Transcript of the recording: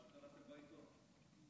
על מה שקראתם בעיתון.